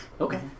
Okay